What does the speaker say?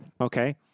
Okay